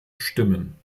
stimmen